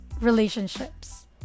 relationships